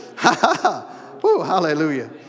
Hallelujah